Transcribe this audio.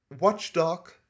watchdog